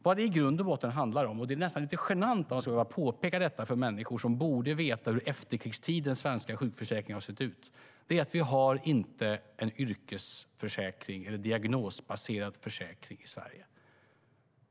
Vad det i grund och botten handlar om - och det är nästan lite genant att man ska behöva påpeka detta för människor som borde veta hur efterkrigstidens svenska sjukförsäkring har sett ut - är att vi inte har en yrkesförsäkring eller en diagnosbaserad försäkring i Sverige.